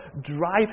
drive